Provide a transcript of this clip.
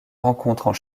rencontrent